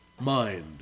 Mind